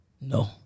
No